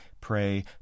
pray